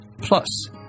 plus